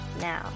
now